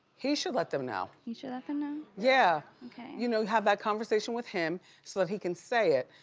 he should let them know. he should let them know? yeah. you know, have that conversation with him so that he can say it,